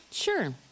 Sure